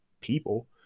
people